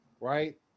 right